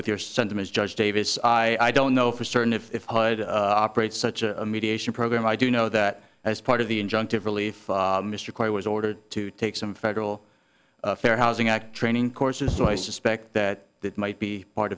with your sentiments judge davis i don't know for certain if hyde operates such a mediation program i do know that as part of the injunctive relief mr quote was ordered to take some federal fair housing act training courses so i suspect that that might be part